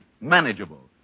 manageable